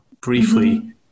briefly